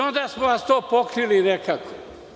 Onda smo vam to pokrili nekako.